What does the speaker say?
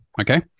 okay